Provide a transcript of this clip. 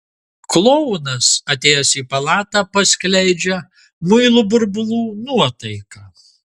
klounas atėjęs į palatą paskleidžia muilo burbulų nuotaiką